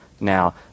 now